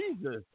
Jesus